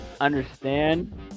understand